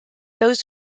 those